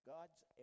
God's